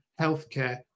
healthcare